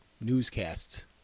Newscasts